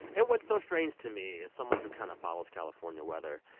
and what's so strange to me, as someone who kind of follows california weather,